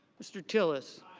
mr. tillis.